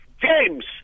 James